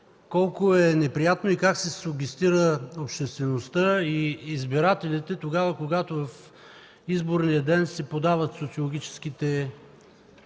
колко е неприятно и как се сугестира обществеността и избирателите тогава, когато в изборния ден се подават социологическите